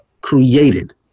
created